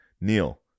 Neil